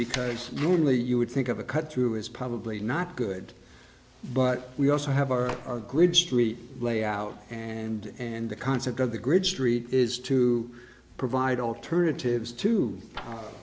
because normally you would think of a cut through is probably not good but we also have our grid street layout and and the concept of the grid street is to provide alternatives to